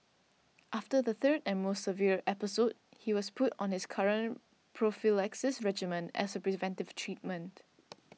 after the third and most severe episode he was put on his current prophylaxis regimen as a preventive treatment